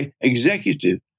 executive